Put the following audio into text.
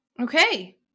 Okay